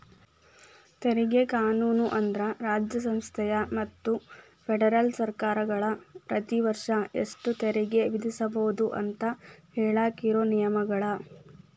ತೆರಿಗೆ ಕಾನೂನು ಅಂದ್ರ ರಾಜ್ಯ ಸ್ಥಳೇಯ ಮತ್ತ ಫೆಡರಲ್ ಸರ್ಕಾರಗಳ ಪ್ರತಿ ವರ್ಷ ಎಷ್ಟ ತೆರಿಗೆ ವಿಧಿಸಬೋದು ಅಂತ ಹೇಳಾಕ ಇರೋ ನಿಯಮಗಳ